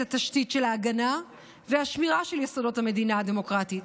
התשתית של ההגנה והשמירה של יסודות המדינה הדמוקרטית.